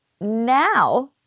Now